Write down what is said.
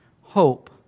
hope